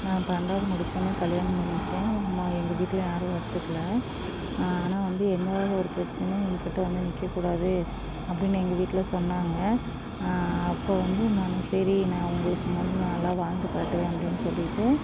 நான் பன்னெண்டாவது முடிச்சோடனே கல்யாணம் பண்ணிக்கிட்டேன் எங்கள் வீட்டில் யாரும் ஒத்துக்கல ஆனால் வந்து என்ன ஒரு பிரச்சனைன்னா எங்கக்கிட்ட வந்து நிற்கக்கூடாது அப்படின்னு எங்கள் வீட்டில் சொன்னாங்க அப்போது வந்து நான் சரி நான் உங்களுக்கு முன் நல்லா வாழ்ந்துக்காட்டுவேன் அப்படின்னு சொல்லிவிட்டு